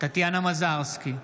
טטיאנה מזרסקי,